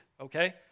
okay